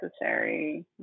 necessary